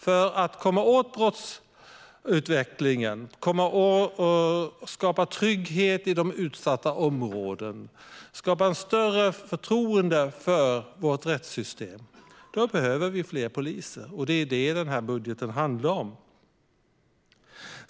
För att komma till rätta med brottsutvecklingen, skapa trygghet i utsatta områden och öka förtroendet för vårt rättssystem behövs det fler poliser, och det är det som den här budgeten handlar om.